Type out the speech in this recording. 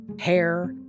hair